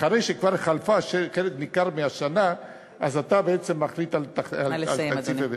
אחרי שחלף חלק ניכר מהשנה אתם בעצם מחליטים על תקציב.